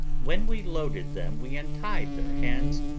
when we loaded them we untied their hands,